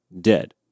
dead